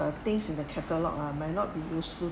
uh things in the catalogue ah may not be useful